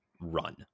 run